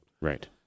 Right